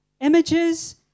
Images